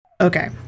Okay